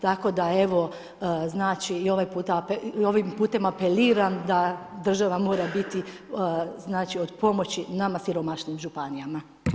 Tako da evo, znači i ovim putem apeliram da država mora biti, znači od pomoći nama siromašnim županijama.